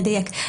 אני אדייק,